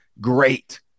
great